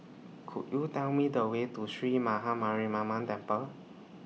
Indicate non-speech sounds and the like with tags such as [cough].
[noise] Could YOU Tell Me The Way to Sree Maha Mariamman Temple